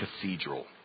cathedral